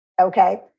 okay